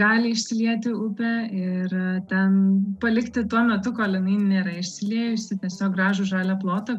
gali išsilieti upė ir ten palikti tuo metu kol jinai nėra išsiliejusi tiesiog gražų žalią plotą